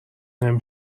نمی